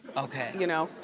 okay. you know.